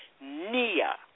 NIA